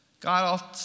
God